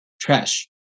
trash